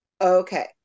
Okay